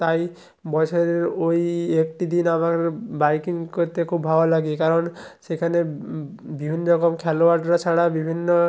তাই বছরের ওই একটি দিন আমার বাইকিং করতে খুব ভালো লাগে কারণ সেখানে বিভিন্ন রকম খেলোয়াড়রা ছাড়া বিভিন্ন